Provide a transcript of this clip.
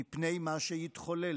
מפני מה שיתחולל.